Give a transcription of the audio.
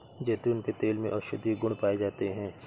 जैतून के तेल में औषधीय गुण पाए जाते हैं